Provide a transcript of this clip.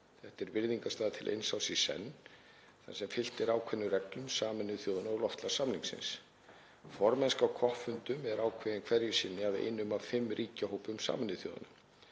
Þetta er virðingarstaða til eins árs í senn þar sem fylgt er ákveðnum reglum Sameinuðu þjóðanna og loftslagssamningsins. Formennska á COP-fundum er ákveðin hverju sinni af einum af fimm ríkjahópum Sameinuðu þjóðanna.